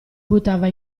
buttava